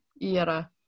era